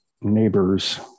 neighbors